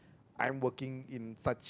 I am working in such